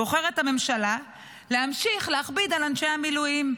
בוחרת הממשלה להמשיך להכביד על אנשי המילואים,